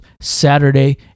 Saturday